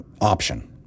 option